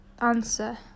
answer